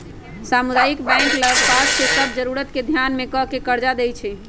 सामुदायिक बैंक लग पास के सभ जरूरत के ध्यान में ध कऽ कर्जा देएइ छइ